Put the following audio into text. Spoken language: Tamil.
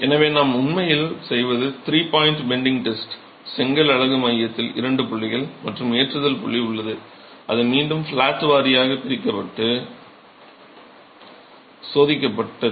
எனவே நாம் உண்மையில் செய்வது த்ரீ பாய்ன்ட் பெண்டிங்க் டெஸ்ட் செங்கல் அலகு மையத்தில் இரண்டு புள்ளிகள் மற்றும் ஒரு ஏற்றுதல் புள்ளி உள்ளது அது மீண்டும் ஃப்ளாட் வாரியாக வைக்கப்பட்டு சோதிக்கப்பட்டது